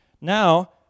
Now